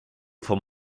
vom